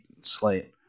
slate